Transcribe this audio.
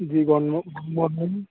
G good morning